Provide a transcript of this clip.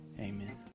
amen